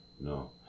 No